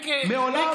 מעולם.